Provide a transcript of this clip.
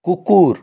কুকুর